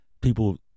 people